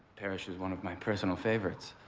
parish is one of my personal favorites.